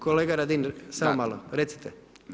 Kolega Radin, samo malo, recite.